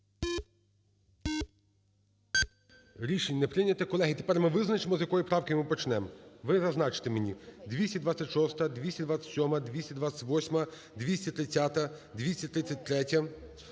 Рішення не прийнято. Колеги, тепер ми визначимо, з якої правки ми почнемо. Ви зазначите мені. 226-а. 227-а. 228-а. 230-а.